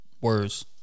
words